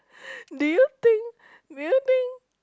do you think do you think